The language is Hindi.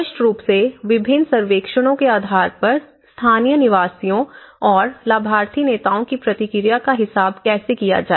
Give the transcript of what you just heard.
स्पष्ट रुप से विभिन्न सर्वेक्षणों के आधार पर स्थानीय निवासियों और लाभार्थी नेताओं की प्रतिक्रिया का हिसाब कैसे किया जाए